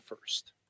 first